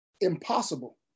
impossible